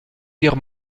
guerre